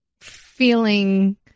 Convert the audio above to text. feeling